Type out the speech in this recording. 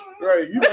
Right